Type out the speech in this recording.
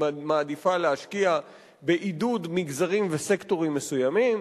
מעדיפה להשקיע בעידוד מגזרים וסקטורים מסוימים,